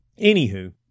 anywho